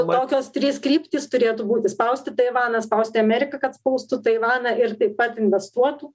tokios trys kryptys turėtų būti spausti taivaną spausti ameriką kad spaustų taivaną ir taip pat investuotų